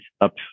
up